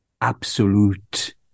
absolute